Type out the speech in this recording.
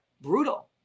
brutal